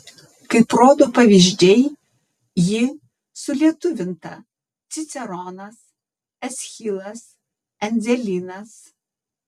kaip rodo pavyzdžiai ji sulietuvinta ciceronas eschilas endzelynas